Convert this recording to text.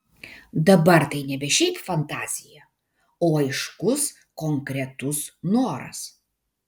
dabar tai nebe šiaip fantazija o aiškus konkretus noras